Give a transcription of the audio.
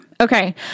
Okay